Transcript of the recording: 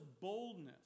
boldness